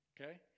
Okay